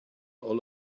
all